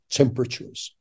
temperatures